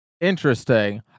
Interesting